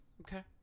okay